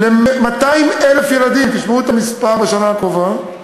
ל-200,000 ילדים, תשמעו את המספר, בשנה הקרובה,